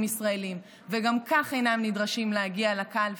ישראלים וגם כך אינם נדרשים להגיע לקלפי,